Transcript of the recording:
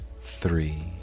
three